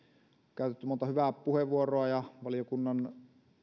käytetty monta hyvää puheenvuoroa ja valiokunnan